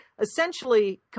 essentially